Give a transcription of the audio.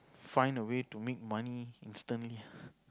find a way to make money instantly